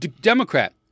Democrat